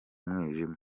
mwijima